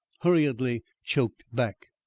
hurriedly choked back.